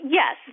yes